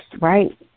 right